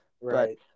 Right